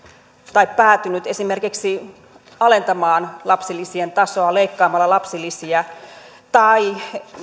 tai päätynyt esimerkiksi alentamaan lapsilisien tasoa leikkaamalla lapsilisiä tai